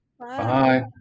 Bye